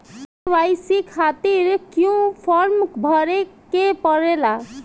KYC खातिर क्यूं form भरे के पड़ेला?